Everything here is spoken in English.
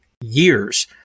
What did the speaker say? years